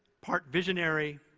part visionary,